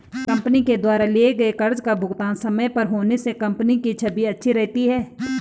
company के द्वारा लिए गए कर्ज का भुगतान समय पर होने से कंपनी की छवि अच्छी रहती है